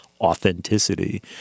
authenticity